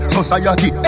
Society